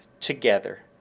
together